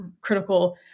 critical